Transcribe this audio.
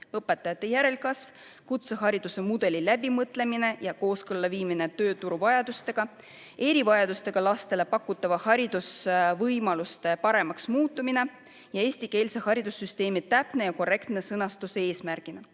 õpetajate järelkasv, kutsehariduse mudeli läbimõtlemine ja kooskõlla viimine tööturu vajadustega, erivajadustega lastele pakutavate haridusvõimaluste paremaks muutumine ning eestikeelse haridussüsteemi täpne ja korrektne eesmärgina